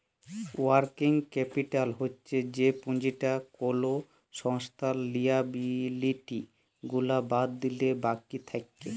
working capital হচ্ছ যে পুঁজিটা কোলো সংস্থার লিয়াবিলিটি গুলা বাদ দিলে বাকি থাক্যে